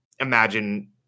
imagine